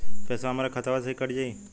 पेसावा हमरा खतवे से ही कट जाई?